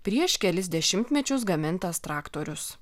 prieš kelis dešimtmečius gamintas traktorius